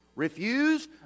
refuse